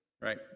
right